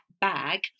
bag